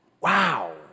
Wow